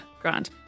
Grand